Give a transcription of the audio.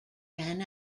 ran